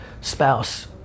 spouse